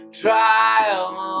trial